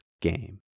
game